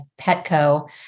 Petco